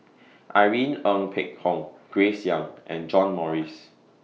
Irene Ng Phek Hoong Grace Young and John Morrice